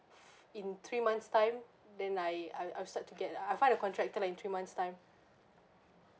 in three months time then I I'll I'll start to get a I'll find a contractor in three months time